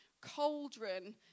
cauldron